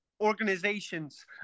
organizations